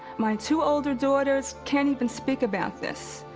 my two older daughters can't even speak about this.